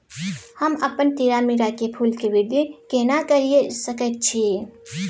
हम अपन तीरामीरा के फूल के वृद्धि केना करिये सकेत छी?